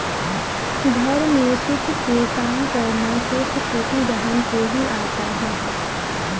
घर में सूप से काम करना सिर्फ छोटी बहन को ही आता है